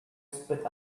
spit